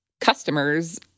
customers